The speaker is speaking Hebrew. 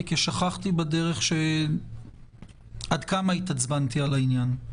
כי שכחתי בדרך עד כמה התעצבנתי על העניין.